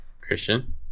Christian